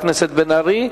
חבר הכנסת אמסלם,